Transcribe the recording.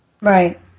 Right